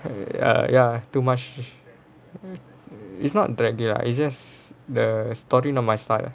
ah ya too much it's not draggy lah it's just the story not my style